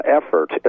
effort